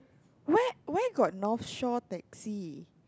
where where got North Shore taxi